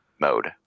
mode